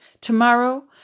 Tomorrow